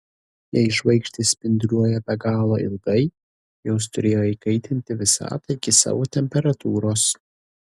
jei žvaigždės spinduliuoja be galo ilgai jos turėjo įkaitinti visatą iki savo temperatūros